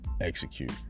execute